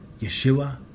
Yeshua